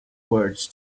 words